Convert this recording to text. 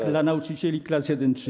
co nauczycieli klas I-III?